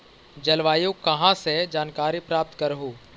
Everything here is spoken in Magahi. जलवायु कहा से जानकारी प्राप्त करहू?